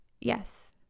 Yes